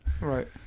Right